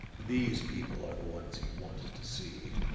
these people are the ones he wanted to see.